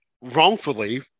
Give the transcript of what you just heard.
wrongfully